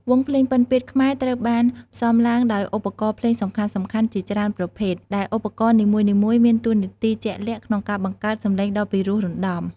វង់ភ្លេងពិណពាទ្យខ្មែរត្រូវបានផ្សំឡើងដោយឧបករណ៍ភ្លេងសំខាន់ៗជាច្រើនប្រភេទ ដែលឧបករណ៍នីមួយៗមានតួនាទីជាក់លាក់ក្នុងការបង្កើតសំឡេងដ៏ពិរោះរណ្តំ។